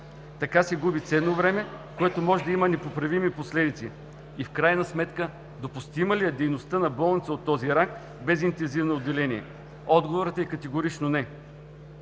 Така се губи ценно време, което може да има непоправими последици. И в крайна сметка допустима ли е дейността на болница от този ранг без интензивно отделение? Отговорът е категорично не!